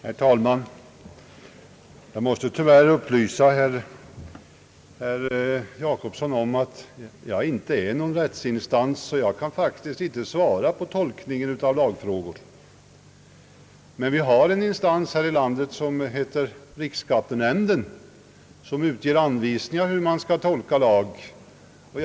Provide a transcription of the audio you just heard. Herr talman! Jag måste tyvärr upplysa herr Jacobsson om att jag inte är någon rättsinstans och därför faktiskt inte kan svara när det gäller tolkningen av lagfrågor. Men vi har en instans här i landet, som heter riksskattenämnden och som utger anvisningar om hur lagfrågor på skatteområdet skall tolkas.